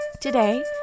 Today